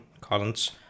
Collins